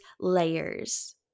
layers